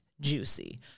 juicy